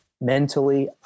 Mentally